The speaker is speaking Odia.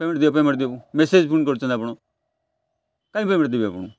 ପେମେଣ୍ଟ ଦଅ ପେମେଣ୍ଟ ଦିଅ ମେସେଜ ପୁଣି କରୁଛନ୍ତି ଆପଣ କାଇଁ ପେମେଣ୍ଟ ଦେବି ଆପଣଙ୍କୁ